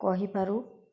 କହିପାରୁ